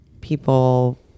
people